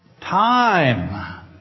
time